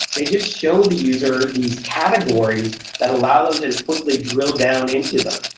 they just show the user these categories that allow them to to quickly drill down into them,